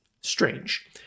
Strange